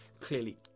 clearly